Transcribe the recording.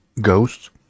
ghosts